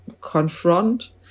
confront